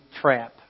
trap